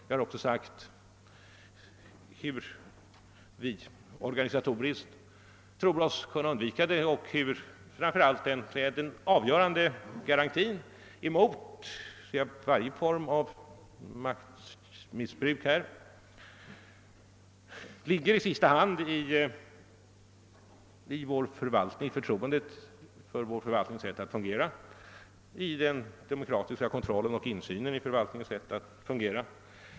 Jag har också sagt hur vi organisatoriskt tror oss kunna undvika eventuella risker och att den avgörande garantin emot varje form av maktmissbruk i sista hand ligger i förtroendet för vår förvaltnings sätt att fungera, i den demokratiska kontrollen och insynen i förvaltningens sätt att fungera.